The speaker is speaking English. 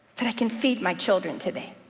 that i can feed my children today.